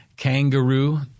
Kangaroo